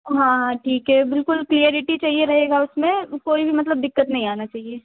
हाँ हाँ ठीक है बिल्कुल क्लियरिटी चाहिए रहेगा उसमें कोई भी मतलब दिक्कत नहीं आना चाहिए